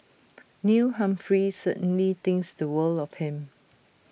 Neil Humphrey certainly thinks the world of him